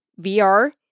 VR